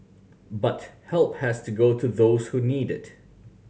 but help has to go to those who need it